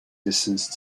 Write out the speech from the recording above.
distance